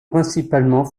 principalement